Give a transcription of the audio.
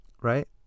right